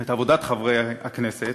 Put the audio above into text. ואת עבודת חברי הכנסת,